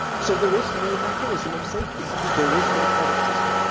so there is no mechanism of safety. there is no credit system.